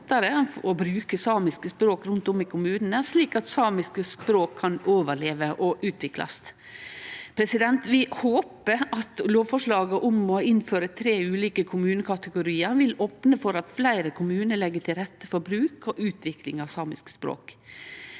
å bruke samiske språk rundt om i kommunane, slik at samiske språk kan overleve og utviklast. Vi håper at lovforslaget om å innføre tre ulike kommunekategoriar vil opne for at fleire kommunar legg til rette for bruk og utvikling av samiske språk.